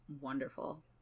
wonderful